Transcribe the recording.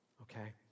okay